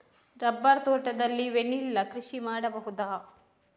Rubber ತೋಟದಲ್ಲಿ vanilla ಕೃಷಿ ಮಾಡಬಹುದಾ?